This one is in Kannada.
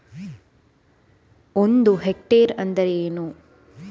ಒಂದು ಹೆಕ್ಟೇರ್ ಎಂದರೆ ಎಷ್ಟು?